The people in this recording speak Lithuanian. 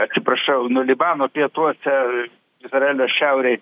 atsiprašau nu libano pietuose izraelio šiaurėj